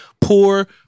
poor